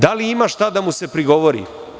Da li ima šta da mu se prigovori?